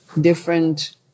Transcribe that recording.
different